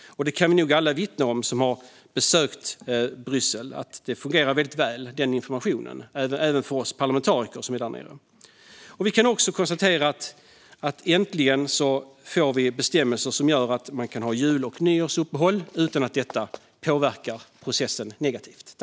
Alla vi som har besökt Bryssel kan nog vittna om att den informationen fungerar väldigt väl, även för de parlamentariker som är där nere. Vi kan även konstatera att vi äntligen får bestämmelser som gör att man kan ha jul och nyårsuppehåll utan att det påverkar processen negativt.